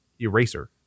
eraser